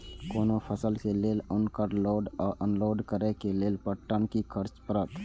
कोनो फसल के लेल उनकर लोड या अनलोड करे के लेल पर टन कि खर्च परत?